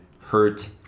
hurt